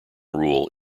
rule